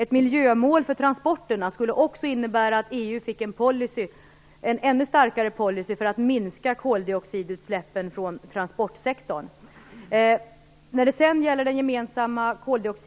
Ett miljömål för transporterna skulle också innebära att EU fick en ännu starkare policy för att minska koldioxidutsläppen från transportsektorn. Sverige driver aktivt